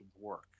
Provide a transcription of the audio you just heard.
work